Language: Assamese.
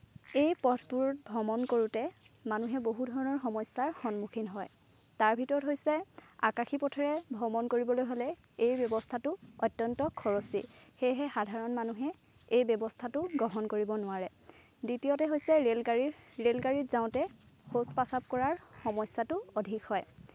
এই পথবোৰ ভ্ৰমণ কৰোঁতে মানুহে বহু ধৰণৰ সমস্যাৰ সন্মুখীন হয় তাৰ ভিতৰত হৈছে আকাশী পথেৰে ভ্ৰমণ কৰিবলৈ হ'লে এই ব্যৱস্থাটো অত্যন্ত খৰচী সেয়েহে সাধাৰণ মানুহে এই ব্যৱস্থাটো গ্ৰহণ কৰিব নোৱাৰে দ্বিতীয়তে হৈছে ৰেলগাড়ী ৰেলগাড়ীত যাওঁতে শৌচ প্ৰসাৱ কৰাৰ সমস্যাটো অধিক হয়